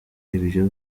ibyo